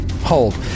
Hold